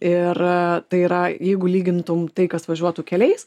ir tai yra jeigu lygintum tai kas važiuotų keliais